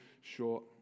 short